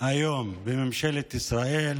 היום בממשלת ישראל,